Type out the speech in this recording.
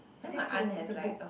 I think so it's a book